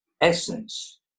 essence